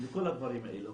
וכל הדברים האלה.